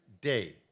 day